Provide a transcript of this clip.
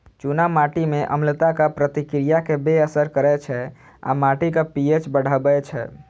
चूना माटि मे अम्लताक प्रतिक्रिया कें बेअसर करै छै आ माटिक पी.एच बढ़बै छै